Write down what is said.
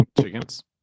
chickens